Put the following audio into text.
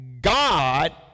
God